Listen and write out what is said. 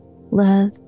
love